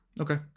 Okay